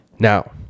Now